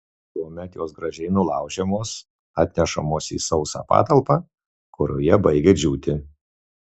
tuomet jos gražiai nulaužiamos atnešamos į sausą patalpą kurioje baigia džiūti